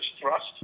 thrust